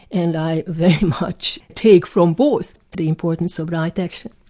and i very much take from both the importance of right action.